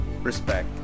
respect